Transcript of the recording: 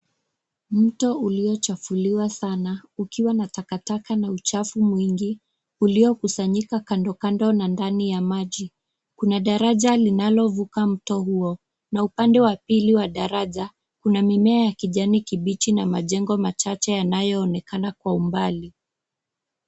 Mto uliochafuliwa sana ukiwa na takataka na uchafu mwingi uliokusanyika kando kando na ndani ya maji. Kuna daraja linalovuka mto huo na upande wa pili wa daraja kuna mimea ya kijani kibichi na majengo machache yanayoonekana kwa umbali.